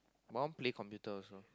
but I want play computer also